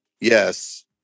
yes